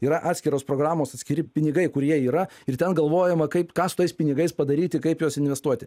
yra atskiros programos atskiri pinigai kurie yra ir ten galvojama kaip ką su tais pinigais padaryti kaip juos investuoti